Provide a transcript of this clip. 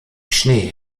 schnee